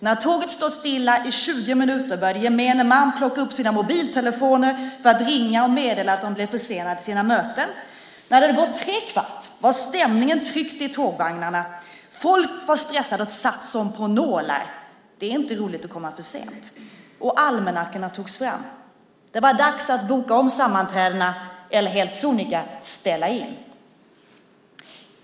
När tåget stått stilla i 20 minuter började gemene man plocka upp sina mobiltelefoner för att ringa och meddela att de blev försenade till sina möten. När det hade gått trekvart var stämningen tryckt i tågvagnarna. Folk var stressade och satt som på nålar - det är inte roligt att komma för sent - och almanackorna togs fram. Det var dags att boka om sammanträdena eller helt sonika ställa in.